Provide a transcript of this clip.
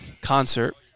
concert